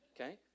okay